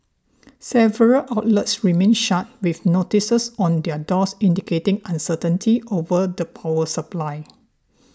several outlets remained shut with notices on their doors indicating uncertainty over the power supply